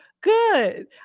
good